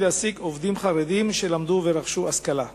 להעסיק עובדים חרדים שלמדו ורכשו השכלה.